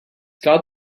got